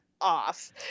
off